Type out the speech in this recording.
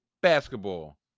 basketball